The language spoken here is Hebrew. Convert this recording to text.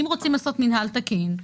אם רוצים לעשות מינהל תקין,